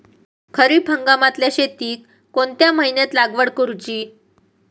खरीप हंगामातल्या शेतीक कोणत्या महिन्यात लागवड करूची?